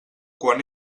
quan